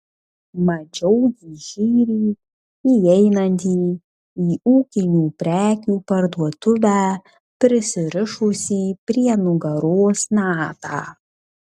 mačiau jį šįryt įeinantį į ūkinių prekių parduotuvę prisirišusį prie nugaros natą